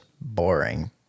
boring